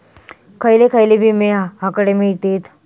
खयले खयले विमे हकडे मिळतीत?